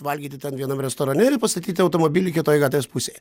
valgyti ten vienam restorane ir pastatyti automobilį kitoj gatvės pusėj